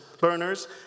burners